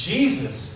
Jesus